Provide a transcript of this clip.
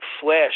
flash